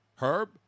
Herb